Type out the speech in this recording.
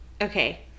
okay